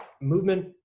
movement